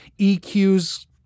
EQs